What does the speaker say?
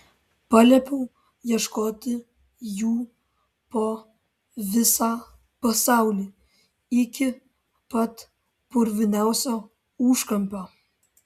paliepiau ieškoti jų po visą pasaulį iki pat purviniausio užkampio